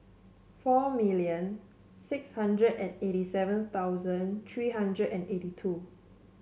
four million six hundred and eighty seven thousand three hundred and eighty two